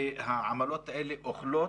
שהעמלות האלה אוכלות,